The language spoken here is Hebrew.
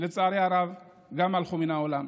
לצערי הרב הלכו מן העולם.